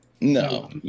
No